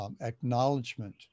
acknowledgement